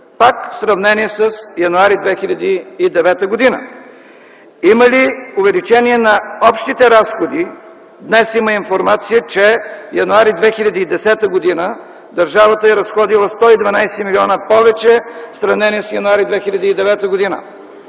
пак в сравнение с януари 2009 г.? Има ли увеличение на общите разходи? Днес има информация, че през м. януари 2010 г. държавата е разходила 112 милиона повече в сравнение с м. януари 2009 г.